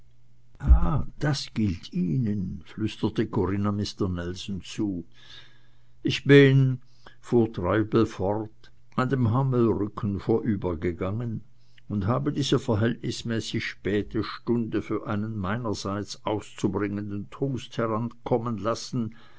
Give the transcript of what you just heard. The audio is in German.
das gilt ihnen flüsterte corinna mister nelson zu ich bin fuhr treibel fort an dem hammelrücken vorübergegangen und habe diese verhältnismäßig späte stunde für einen meinerseits auszubringenden toast herankommen lassen